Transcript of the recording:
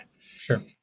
Sure